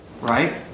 right